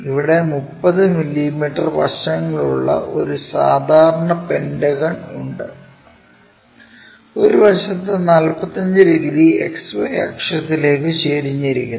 ഇവിടെ 30 മില്ലീമീറ്റർ വശങ്ങളുള്ള ഒരു സാധാരണ പെന്റഗൺ ഉണ്ട് ഒരു വശത്ത് 45 ഡിഗ്രി XY അക്ഷത്തിലേക്ക് ചരിഞ്ഞിരിക്കുന്നു